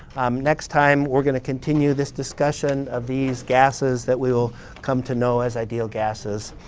next time we're going to continue this discussion of these gases that we will come to know as ideal gases.